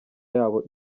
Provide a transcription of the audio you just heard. yabo